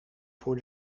voor